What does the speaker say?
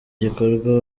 gikorwa